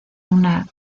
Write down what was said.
una